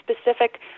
specific